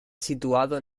situado